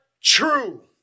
true